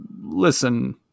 listen